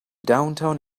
downtown